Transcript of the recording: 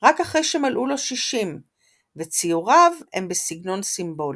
רק אחרי שמלאו לו 60 וציוריו הם בסגנון סימבולי.